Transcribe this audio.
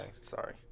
sorry